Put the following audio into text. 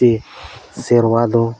ᱪᱮ ᱥᱟᱨᱣᱟ ᱫᱚ